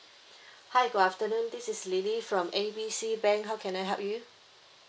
hi good afternoon this is lily from A B C bank how can I help you